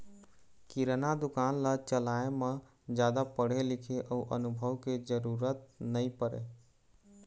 किराना दुकान ल चलाए म जादा पढ़े लिखे अउ अनुभव के जरूरत नइ परय